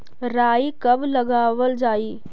राई कब लगावल जाई?